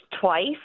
twice